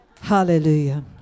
Hallelujah